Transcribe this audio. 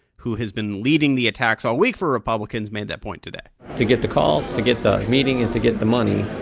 who has been leading the attacks all week for republicans, made that point today to get the call, to get the meeting and to get the money,